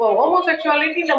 homosexuality